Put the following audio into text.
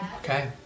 Okay